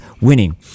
winning